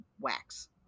wax